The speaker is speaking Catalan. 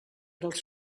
dels